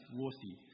worthy